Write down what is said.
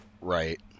Right